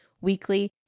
weekly